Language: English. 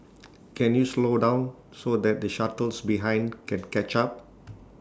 can you slow down so the shuttles behind can catch up